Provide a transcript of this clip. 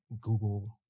Google